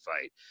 fight